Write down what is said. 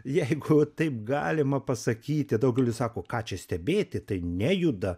jeigu taip galima pasakyti daugelis sako ką čia stebėti tai nejuda